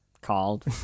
called